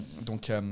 Donc